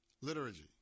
liturgy